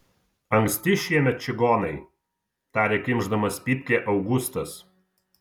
anksti šiemet čigonai tarė kimšdamas pypkę augustas